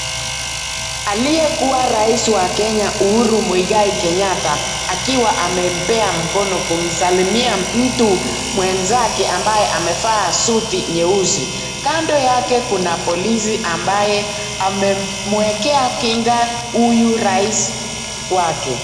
Aliyekua Rais wa Kenya Uhuru Muigai Kenyatta akiwa amempea mkono kumsalimia mtu mwenzake ambaye amevaa suti nyeusi, kando yake kuna polisi ambaye amemwekea kinga huyu Rais wake.